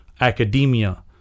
Academia